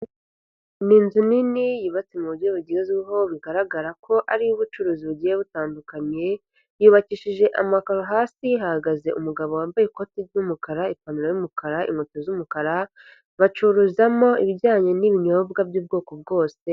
Ni inzu nini yubatse mu buryo bugezweho bigaragara ko ari uy'ubucuruzi bugiye butandukanye, yubakishije amakaro, hasi hahagaze umugabo wambaye ikoti ry'umukara, ipantaro y'umukara, inkweto z'umukara, bacururizamo ibijyanye n'ibinyobwa by'ubwoko bwose.